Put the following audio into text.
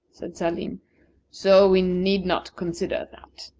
said salim so we need not consider that.